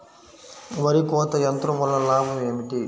వరి కోత యంత్రం వలన లాభం ఏమిటి?